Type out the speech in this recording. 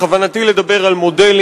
כוונתי היא למודלים